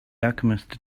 alchemist